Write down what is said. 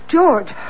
George